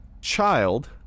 child